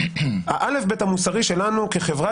הא-ב המוסרי שלנו כחברה,